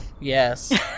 yes